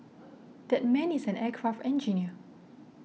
that man is an aircraft engineer